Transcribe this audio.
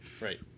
Right